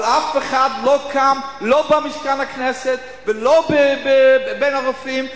אבל אף אחד לא קם לא במשכן הכנסת ולא בין הרופאים ואמר: